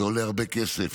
זה עולה הרבה כסף.